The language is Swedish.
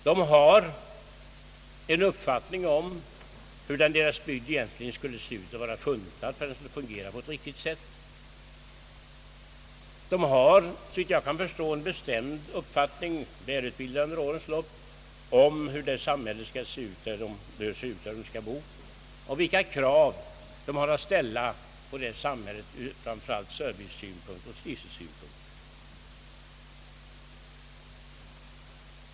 De har en uppfattning om hurudan deras bygd egentligen skulle se ut och vara funtad för att fungera på ett riktigt sätt. De har, såvitt jag kan förstå, en bestämd uppfattning, väl utbildad under årens lopp, om hur det samhälle skall se ut där de skall bo, och vilka krav de har att ställa på det samhället framför allt ur serviceoch trivselsynpunkt.